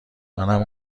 منم